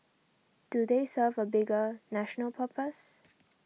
do they serve a bigger national purpose